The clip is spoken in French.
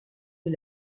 est